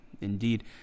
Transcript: Indeed